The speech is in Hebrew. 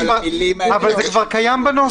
אבל זה כבר קיים בנוסח.